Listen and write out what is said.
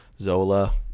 Zola